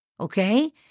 Okay